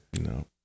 No